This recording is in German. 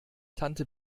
tante